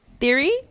theory